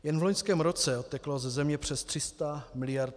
Jen v loňském roce odteklo ze země přes 300 miliard.